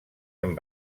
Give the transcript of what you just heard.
amb